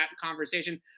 conversation